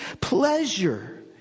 pleasure